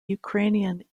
ukrainian